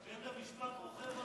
בית המשפט רוכב על אופניו.